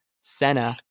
Senna